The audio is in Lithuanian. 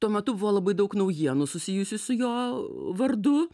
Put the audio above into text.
tuo metu buvo labai daug naujienų susijusių su jo vardu